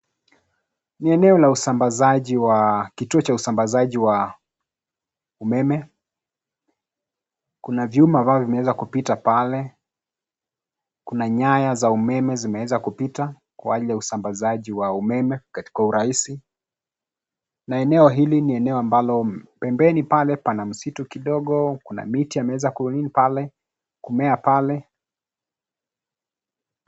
Ni eneo la usambazaji wa, kituo cha usambazaji wa umeme. Kuna vyuma ambavyo vimeweza kupita pale . Kuna nyaya za umeme zimeweza kupita kwa hali ya usambazaji wa umeme katika urahisi. Na eneo hili ni eneo ambalo ,pembeni pale pana msitu kidogo kuna miti ameweza kumea pale.